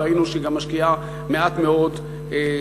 וראינו שהיא גם משקיעה מעט מאוד בחינוך,